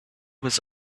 was